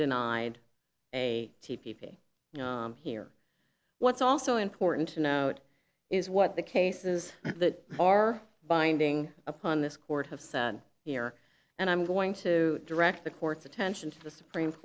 denied a t v here what's also important to note is what the cases that are binding upon this court have said here and i'm going to direct the court's attention to the supreme